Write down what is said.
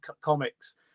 comics